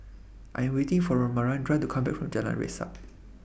I Am waiting For Maranda to Come Back from Jalan Resak